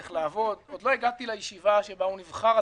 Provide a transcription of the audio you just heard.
עוד לא הגעתי לישיבה שבה הוא נבחר.